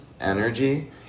energy